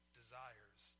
desires